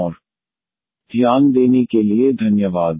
ध्यान देने के लिए धन्यवाद